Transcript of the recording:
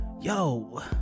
yo